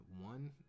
one